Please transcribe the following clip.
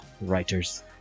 writers